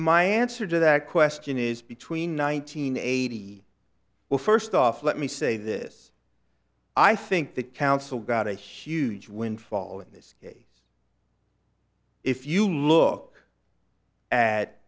my answer to that question is between one nine hundred eighty well first off let me say this i think the council got a huge windfall in this case if you look at